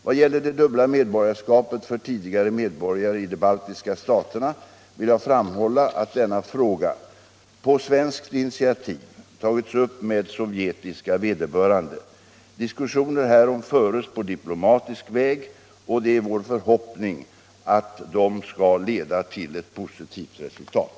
Vad gäller det dubbla medborgarskapet för tidigare medborgare i de baltiska staterna vill jag framhålla att denna fråga på svenskt initiativ tagits upp med sovjetiska vederbörande. Diskussioner härom föres på diplomatisk väg, och det är vår förhoppning att de skall leda till ett positivt resultat.